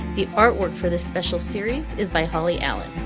the artwork for this special series is by holly allen.